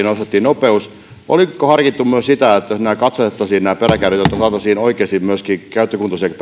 nostettiin nopeus sataan kilometriin oliko harkittu myös sitä että katsastettaisiin peräkärryt jotta saataisiin oikeasti käyttökuntoisiakin